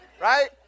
right